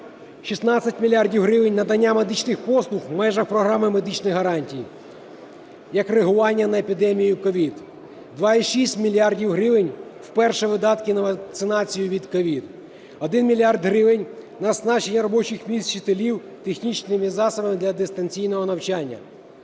16 мільярдів гривень – надання медичних послуг в межах Програми медичних гарантій як реагування на епідемію COVID; 2,6 мільярда гривень – вперше видатки на вакцинацію від COVID; 1 мільярд гривень – на оснащення робочих місць вчителів технічними засобами для дистанційного навчання.